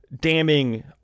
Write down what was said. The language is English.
damning